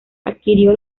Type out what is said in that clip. adquirió